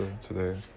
today